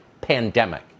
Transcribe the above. pandemic